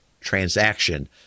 transaction